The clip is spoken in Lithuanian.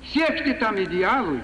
siekti tam idealui